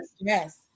Yes